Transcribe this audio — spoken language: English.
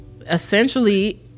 essentially